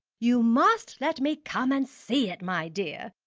you must let me come and see it, my dear.